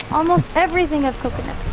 almost everything of coconut.